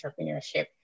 entrepreneurship